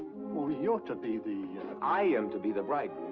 you're to be the i am to be the